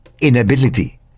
inability